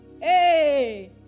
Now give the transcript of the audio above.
Hey